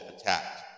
attacked